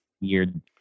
weird